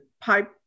pipe